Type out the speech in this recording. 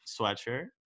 sweatshirt